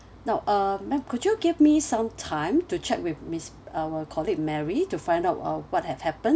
now uh ma'am could you give me some time to check with miss our colleague mary to find out uh what have happened